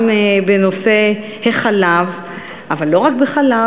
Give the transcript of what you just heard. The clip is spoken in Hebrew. גם בנושא החלב אבל לא רק בחלב.